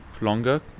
longer